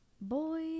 Boy